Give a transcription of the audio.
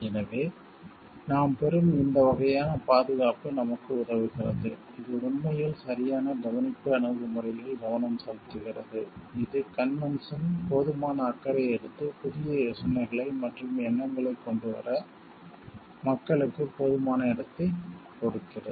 எனவே நாம் பெறும் இந்த வகையான பாதுகாப்பு நமக்கு உதவுகிறது இது உண்மையில் சரியான கவனிப்பு அணுகுமுறையில் கவனம் செலுத்துகிறது இது கன்வென்ஷன் போதுமான அக்கறை எடுத்து புதிய யோசனைகளை மற்றும் எண்ணங்களைக் கொண்டு வர மக்களுக்கு போதுமான இடத்தைக் கொடுக்கிறது